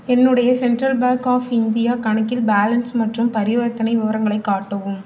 என்னுடைய central bank of India கணக்கில் balance மற்றும் பரிவர்த்தனை விவரங்களை காட்டவும்